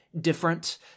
different